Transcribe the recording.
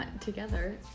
together